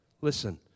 Listen